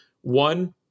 one